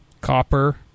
Copper